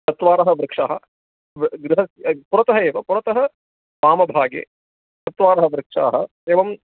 चत्वारः वृक्षाः गृहं पुरतः एव पुरतः वामभागे चत्वारः वृक्षाः एवम्